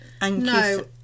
no